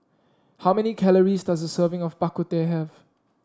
how many calories does a serving of Bak Kut Teh have